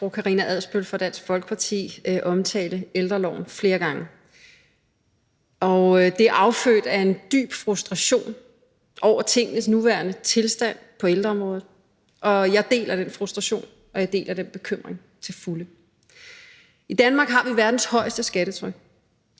fru Karina Adsbøl fra Dansk Folkeparti omtale ældreloven flere gange, og det er affødt af en dyb frustration over tingenes nuværende tilstand på ældreområdet, og jeg deler den frustration, og jeg deler den bekymring til fulde. I Danmark har vi verdens højeste skattetryk,